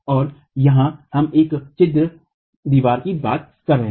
और यहां हम एक छिद्रित दीवार की बात कर रहे हैं